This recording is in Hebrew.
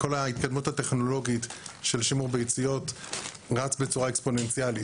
כל ההתקדמות הטכנולוגית של שימור ביציות רץ בצורה אקספוננציאלית.